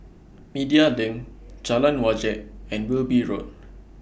Media LINK Jalan Wajek and Wilby Road